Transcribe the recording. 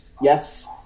Yes